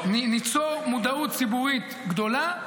וניצור מודעות ציבורית גדולה,